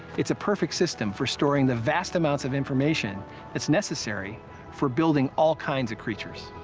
it's a perfect system for storing the vast amounts of information that's necessary for building all kinds of creatures.